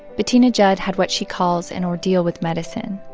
bettina judd had what she calls an ordeal with medicine.